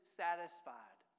satisfied